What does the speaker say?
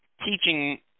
teaching